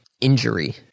injury